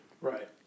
Right